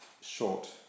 short